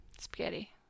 spaghetti